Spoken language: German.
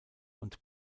und